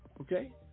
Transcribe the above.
Okay